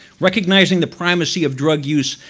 recognizing the primacy of drug use,